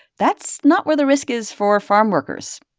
that's not where the risk is for farmworkers.